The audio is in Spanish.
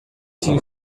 sin